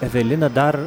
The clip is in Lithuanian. evelina dar